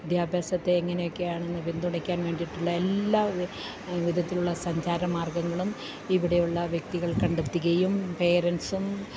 വിദ്യാഭ്യാസത്തെ എങ്ങനെയൊക്കെയാണെന്നു പിന്തുണയ്ക്കാൻവേണ്ടിയിട്ടുള്ള എല്ലാ വിധത്തിലുള്ള സഞ്ചാര മാർഗ്ഗങ്ങളും ഇവിടെ ഉള്ള വ്യക്തികൾ കണ്ടെത്തുകയും പേരെന്റ്സും